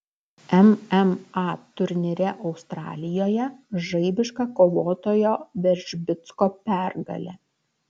mma turnyre australijoje žaibiška kovotojo veržbicko pergalė